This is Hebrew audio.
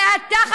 זה אתה,